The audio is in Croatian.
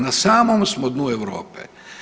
Na samom smo dnu Europe.